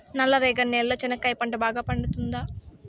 నల్ల రేగడి నేలలో చెనక్కాయ పంట బాగా పండుతుందా?